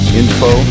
info